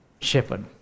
shepherd